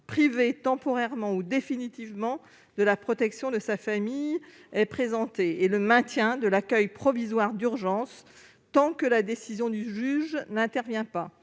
privé temporairement ou définitivement de la protection de sa famille est présenté, et le maintien de l'accueil provisoire d'urgence tant que la décision du juge n'intervient pas.